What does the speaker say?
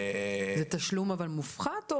זה תשלום מופחת?